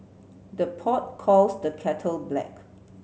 the pot calls the kettle black